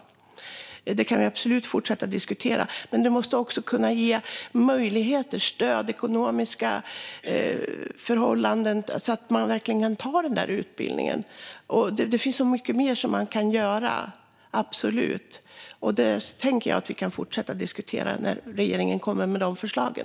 Detta kan vi absolut fortsätta diskutera, men vi måste också ge möjligheter och stöd när det gäller ekonomiska förhållanden så att de verkligen kan gå den där utbildningen. Det finns absolut mycket mer man kan göra, och det tänker jag att vi kan fortsätta diskutera när regeringen kommer med förslagen.